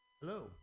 Hello